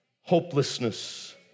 hopelessness